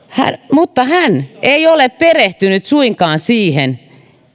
mutta hän ei ole perehtynyt suinkaan siihen